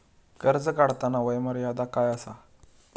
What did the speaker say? कर्ज काढताना वय मर्यादा काय आसा?